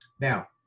Now